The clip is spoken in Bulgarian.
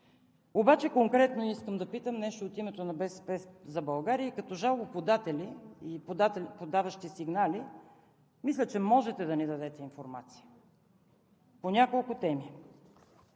Обаче конкретно искам да питам нещо от името на „БСП за България“ и като на жалбоподатели и подаващи сигнали, мисля, че може да ни дадете информация по няколко теми.